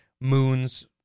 moons